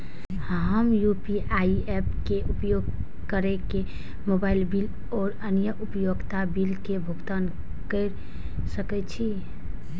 हम UPI apps के उपयोग केर के मोबाइल बिल और अन्य उपयोगिता बिल के भुगतान केर सके छी